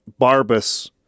Barbus